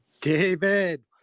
David